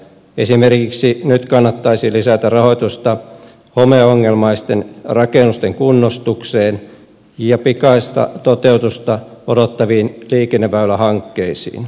esimerkiksi nyt kannattaisi lisätä rahoitusta homeongelmaisten rakennusten kunnostukseen ja pikaista toteutusta odottaviin liikenneväylähankkeisiin